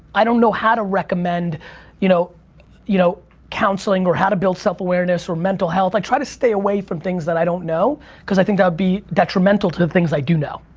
i don't know how to recommend you know you know counseling or how to build self-awareness or mental health, i try to stay away from things that i don't know cause i think that would be detrimental to the things i do know.